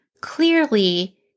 clearly